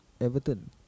Everton